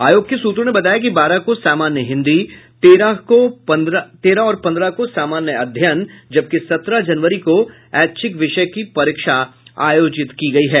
आयोग के सूत्रों ने बताया कि बारह को सामान्य हिन्दी तेरह और पन्द्रह को सामान्य अध्ययन जबकि सत्रह जनवरी को ऐच्छिक विषय की परीक्षा आयोजित की गयी है